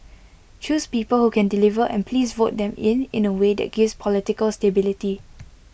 choose people who can deliver and please vote them in in A way that gives political stability